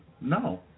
No